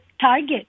Target